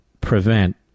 prevent